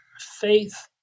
faith